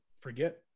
forget